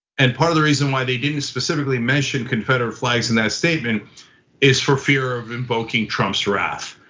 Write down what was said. and part of the reason why they didn't specifically mention confederate flags in that statement is for fear of invoking trump's wrath,